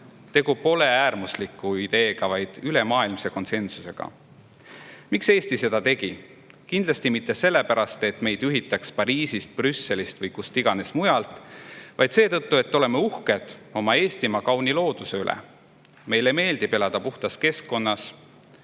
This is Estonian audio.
Tegu pole äärmusliku ideega, vaid ülemaailmse konsensusega. Miks Eesti seda tegi? Kindlasti mitte sellepärast, et meid juhitakse Pariisist, Brüsselist või kust iganes mujalt, vaid seetõttu, et me oleme uhked Eestimaa kauni looduse üle, meile meeldib elada puhtas keskkonnas,